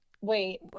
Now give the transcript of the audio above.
wait